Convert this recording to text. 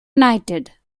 united